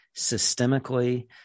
systemically